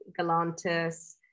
Galantis